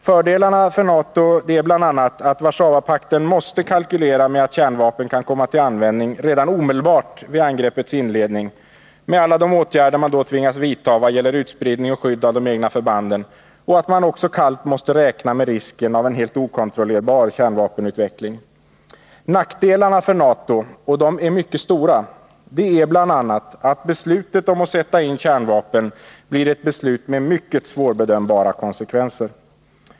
Fördelarna för NATO är bl.a. att Warszawapakten måste kalkylera med att kärnvapen kan komma till användning redan omedelbart vid angreppets inledning med alla de åtgärder man då tvingas vidta vad gäller utspridning och skydd av de egna förbanden och att man kallt måste räkna med risken av en helt okontrollerbar kärnvapenutveckling. Nackdelarna för NATO — och de är mycket stora — är bl.a. att beslutet om att sätta in kärnvapen blir ett beslut med mycket svårbedömbara konsekvenser.